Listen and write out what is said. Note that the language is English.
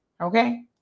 okay